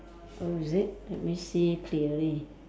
oh is it let me see clearly